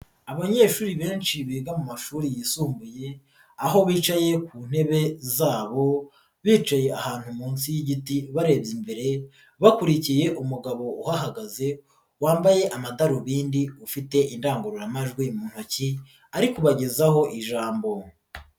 Abanyeshuri benshi biga mu mashuri yisumbuye aho bicaye ku ntebe zabo bicaye ahantu munsi y'igiti barabye imbere bakurikiye umugabo uhagaze wambaye amadarubindi ufite indangururamajwi mu ntoki ari kubagezaho ijambo.